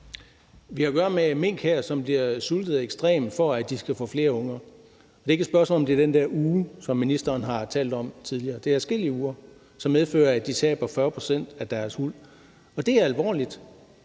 vi at gøre med mink, som bliver sultet på en ekstrem måde, for at de skal få flere unger. Og det er ikke et spørgsmål om, om det er den ene uge, som ministeren har talt om tidligere, for det drejer sig om adskillige uger, og det medfører, at de taber 40 pct. af deres huld. Det er alvorligt,